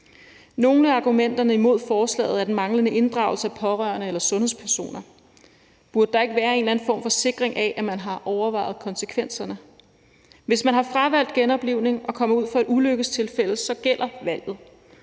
Et af argumenterne mod forslaget er den manglende inddragelse af pårørende eller sundhedspersoner. Burde der ikke være en eller anden form for sikring af, at man har overvejet konsekvenserne? Hvis man har fravalgt genoplivning og kommer ud for et ulykkestilfælde, gælder valget,